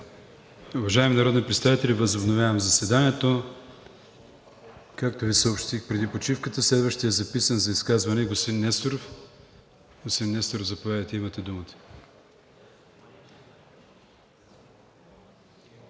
Уважаеми колеги, възобновявам заседанието. Както Ви съобщих преди почивката, следващият записан за изказване е господин Несторов. Господин Несторов, заповядайте – имате думата.